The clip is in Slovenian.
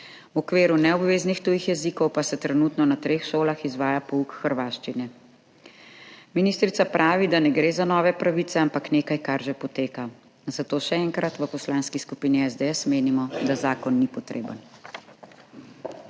V okviru neobveznih tujih jezikov pa se trenutno na treh šolah izvaja pouk hrvaščine. Ministrica pravi, da ne gre za nove pravice, ampak nekaj, kar že poteka. Zato še enkrat, v Poslanski skupini SDS menimo, da zakon ni potreben.